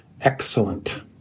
excellent